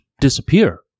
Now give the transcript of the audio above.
disappear